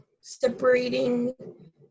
separating